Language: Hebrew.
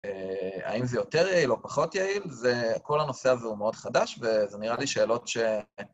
האם זה יותר יעיל או פחות יעיל, זה... כל הנושא הזה הוא מאוד חדש וזה נראה לי שאלות ש...